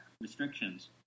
restrictions